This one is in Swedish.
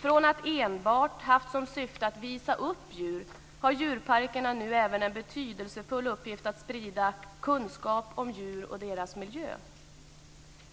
Från att enbart ha haft som syfte att visa upp djur har djurparkerna nu även en betydelsefull uppgift för att sprida kunskap om djur och deras miljö.